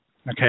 okay